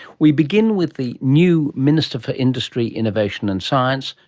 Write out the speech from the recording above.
we begin with the new minister for industry, innovation and science,